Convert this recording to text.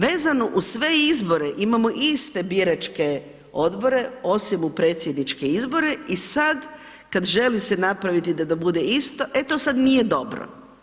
Vezano uz sve izbore imamo iste biračke odbore osim u predsjedničke izbore i sad kad želi se napraviti da bude isto, e to sad nije dobro.